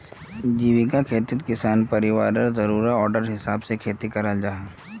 जीविका खेतित किसान परिवारर ज़रूराटर हिसाबे खेती कराल जाहा